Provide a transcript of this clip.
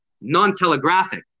non-telegraphic